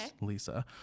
Lisa